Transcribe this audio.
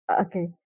Okay